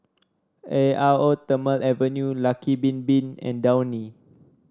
Eau Thermale Avene Lucky Bin Bin and Downy